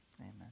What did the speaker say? Amen